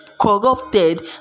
corrupted